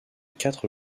quatre